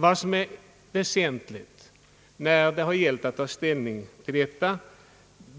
Vad som är väsentligt när det har gällt att ta ställning till detta